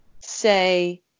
say